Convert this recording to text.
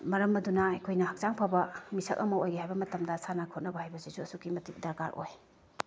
ꯃꯔꯝ ꯑꯗꯨꯅ ꯑꯩꯈꯣꯏꯅ ꯍꯛꯆꯥꯡ ꯐꯕ ꯃꯤꯁꯛ ꯑꯃ ꯑꯣꯏꯒꯦ ꯍꯥꯏꯕ ꯃꯇꯝꯗ ꯁꯥꯟꯅ ꯈꯣꯠꯅꯕ ꯍꯥꯏꯕꯁꯤꯁꯨ ꯑꯁꯨꯛꯀꯤ ꯃꯇꯤꯛ ꯗꯔꯀꯥꯔ ꯑꯣꯏ